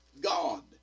God